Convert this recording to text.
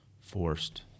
forced